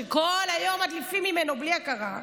שכל היום מדליפים ממנו בלי הכרה.